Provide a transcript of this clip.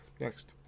next